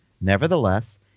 Nevertheless